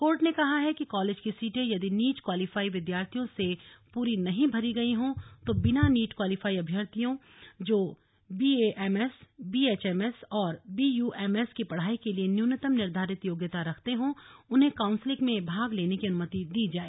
court ने कहा है कि कालेज की सीटें यदि नीट क्वालीफाई विद्यार्थियों से पूरी नहीं भरी गई हों तो बिना नीट क्वालीफाई अभ्यर्थी जो B A M S B H M S और बी यू एम एस की पढ़ाई के लिए न्यूनतम निर्धारित योग्यता रखते हों उन्हें काउंसलिंग में भाग लेने की अनुमति दी जाए